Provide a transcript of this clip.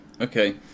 Okay